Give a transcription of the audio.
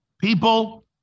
People